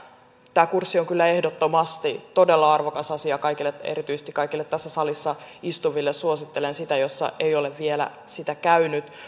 tämä kurssi on kyllä ehdottomasti todella arvokas asia kaikille erityisesti kaikille tässä salissa istuville ja suosittelen sitä jos ei ole vielä sitä käynyt